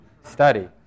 study